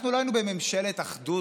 לא היינו בממשלת אחדות,